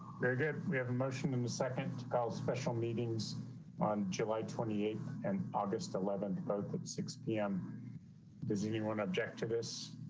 very good. we have motion in the second call special meetings on july twenty eight and august eleven at and six pm does anyone object to this.